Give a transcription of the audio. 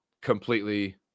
completely